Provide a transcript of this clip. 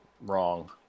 wrong